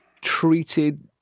treated